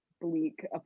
bleak